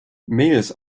mails